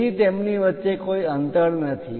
તેથી તેમની વચ્ચે કોઈ અંતર નથી